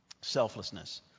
Selflessness